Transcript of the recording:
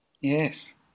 yes